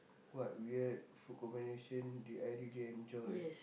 what weird food combination did I really enjoy